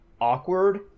awkward